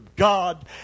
God